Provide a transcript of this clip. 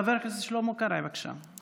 חבר הכנסת שלמה קרעי, בבקשה.